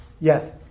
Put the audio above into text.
Yes